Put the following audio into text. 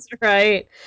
right